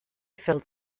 filled